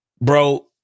bro